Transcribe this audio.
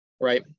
right